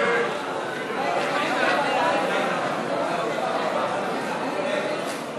אתרים לאומיים ואתרי הנצחה (תיקון מס' 17),